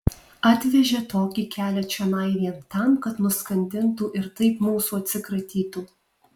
atvežė tokį kelią čionai vien tam kad nuskandintų ir taip mūsų atsikratytų